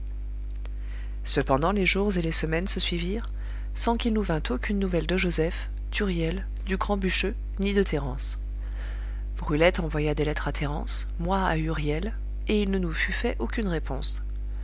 cependant les jours et les semaines se suivirent sans qu'il nous vînt aucune nouvelle de joseph d'huriel du grand bûcheux ni de thérence brulette envoya des lettres à thérence moi à huriel et il ne nous fut fait aucune réponse